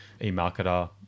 eMarketer